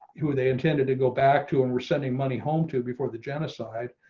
who they intended to go back to, and we're sending money home to before the genocide,